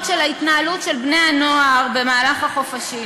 של ההתנהלות של בני-הנוער במהלך החופשים.